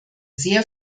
sehr